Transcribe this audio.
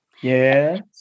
Yes